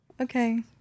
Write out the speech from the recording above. Okay